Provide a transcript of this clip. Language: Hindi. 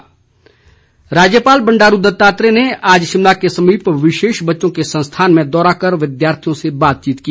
राज्यपाल राज्यपाल बंडारू दत्तात्रेय ने आज शिमला के समीप विशेष बच्चों के संस्थान में दौरा कर विद्यार्थियों से बातचीत की